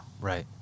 Right